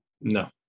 no